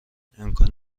امکان